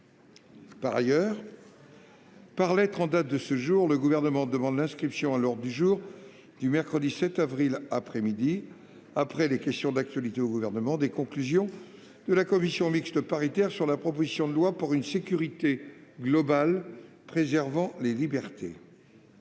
Par ailleurs, par lettre en date de ce jour, le Gouvernement demande l'inscription à l'ordre du jour du mercredi 7 avril après-midi, après les questions d'actualité au Gouvernement, des conclusions de la commission mixte paritaire sur la proposition de loi pour une sécurité globale préservant les libertés.